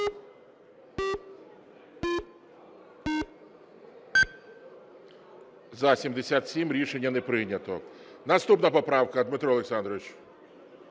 За-77 Рішення не прийнято. Наступна поправка, Дмитро Олександрович